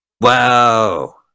Wow